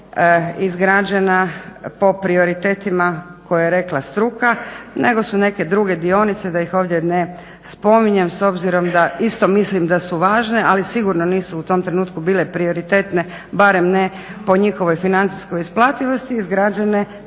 izgrađena po prioritetima koje je rekla struka nego su neke druge dionice da ih ovdje ne spominjem s obzirom da isto mislim da su važne, ali sigurno nisu u tom trenutku bile prioritetne barem ne po njihovoj financijskoj isplativosti izgrađene